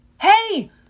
Hey